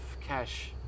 cash